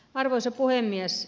arvoisa puhemies